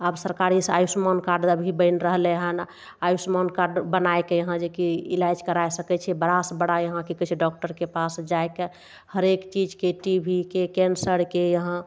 आब सरकारीसँ आयुष्मान कार्ड अभी बनि रहलय हन आयुष्मान कार्ड बनायके यहाँ जे कि इलाज करा सकय छै बड़ासँ बड़ा कि कहय छै डॉक्टरके पास जाइके हरेक चीजके टी भी के कैंसरके यहाँ